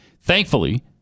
Thankfully